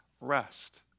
rest